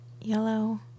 yellow